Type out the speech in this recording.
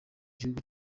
gihugu